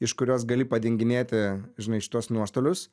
iš kurios gali padenginėti žinai šituos nuostolius